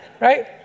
Right